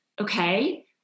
okay